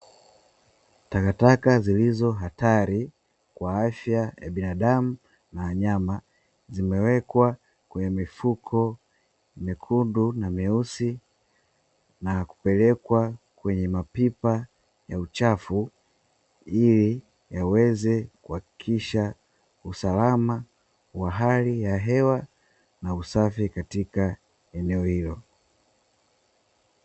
Takataka zilizo hatari kwa afya ya binadamu na wanyama, zimewekwa kwenye mifuko mekundu na meusi na kupelekwa kwene mapipa ya uchafu, ili kuweza kuhakikisha usalama wa hali ya hewa na usafi katika eneo hilo.